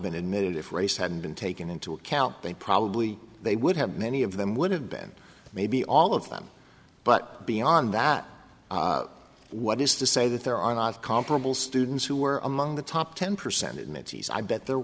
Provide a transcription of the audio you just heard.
been admitted if race had been taken into account they probably they would have many of them would have been maybe all of them but beyond that what is to say that there are not comparable students who were among the top ten percent mitty's i bet there